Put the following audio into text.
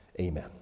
Amen